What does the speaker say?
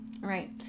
Right